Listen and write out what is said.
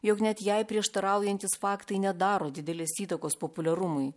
jog net jai prieštaraujantys faktai nedaro didelės įtakos populiarumui